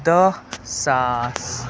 دَہ ساس